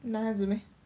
男孩子 meh